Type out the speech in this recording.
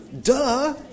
Duh